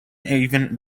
even